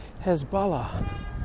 Hezbollah